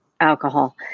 alcohol